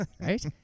right